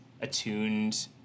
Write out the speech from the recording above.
attuned